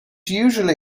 usually